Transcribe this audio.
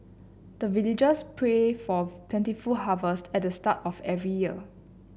the villagers pray for plentiful harvest at the start of every year